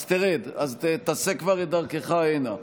אז תרד, תעשה כבר את דרכך הנה.